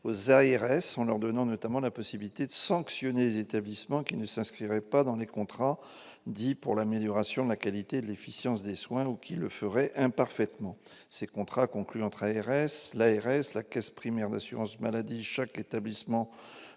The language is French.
aux ARS en leur donnant notamment la possibilité de sanctionner les établissements qui ne s'inscrirait pas dans les contrats dits pour l'amélioration de la qualité de l'efficience des soins ou qu'il le ferait imparfaitement ces contrats conclus entre entraînerait la RS, la Caisse primaire d'assurance maladie, chaque établissement